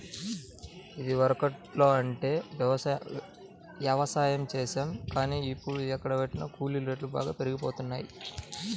ఇదివరకట్లో అంటే యవసాయం చేశాం గానీ, ఇప్పుడు ఎక్కడబట్టినా కూలీ రేట్లు బాగా పెరిగిపోతన్నయ్